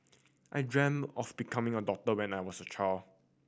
I dreamt of becoming a doctor when I was a child